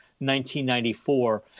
1994